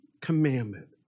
commandment